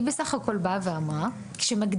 היא בסך הכול באה ואמרה שכשמגדירים